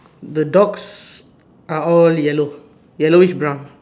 the dogs are all yellow yellowish brown